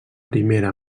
primera